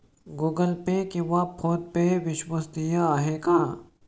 Google Pay किंवा PhonePe विश्वसनीय आहेत का?